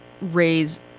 raise